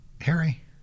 Harry